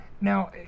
now